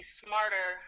smarter